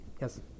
yes